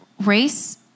race